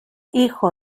hijo